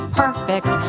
perfect